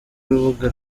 urubuga